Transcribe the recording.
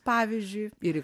pavyzdžiui ir į